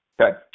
Okay